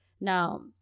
Now